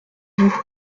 vous